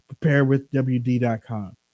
preparewithwd.com